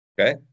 okay